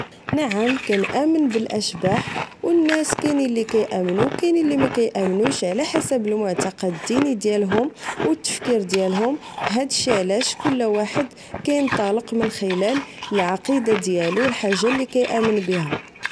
نعم كنأمن بالأشباح أو الناس كينين لي كيأمنو و كينين لي مكيأمنوش على حسب المعتقد الديني ديالهم أو التفكير ديالهم هادشي علاش كل واحد كينطلق من خلال العقيدة ديالو الحاجة لي كيأمن بها